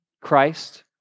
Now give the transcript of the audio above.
Christ